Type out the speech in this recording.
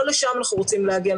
לא לשם אנחנו רוצים להגיע,